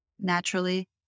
naturally